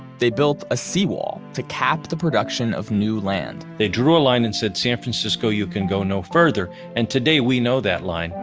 they built a seawall to cap the production of new land. they drew a line and said san francisco you can go no further. and today we know that line.